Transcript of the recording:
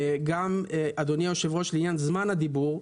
אדוני היושב-ראש, גם לעניין זמן הדיבור,